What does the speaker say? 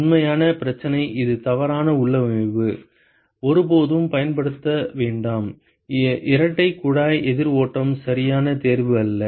உண்மையான பிரச்சனை இது தவறான உள்ளமைவு ஒருபோதும் பயன்படுத்த வேண்டாம் இரட்டை குழாய் எதிர் ஓட்டம் சரியான தேர்வு அல்ல